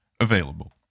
available